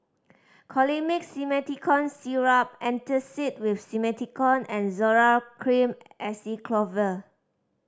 Colimix Simethicone Syrup Antacid with Simethicone and Zoral Cream Acyclovir